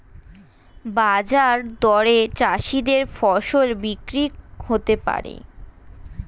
বাজার দরে চাষীদের ফসল বিক্রি হতে পারে